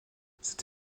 cette